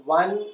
one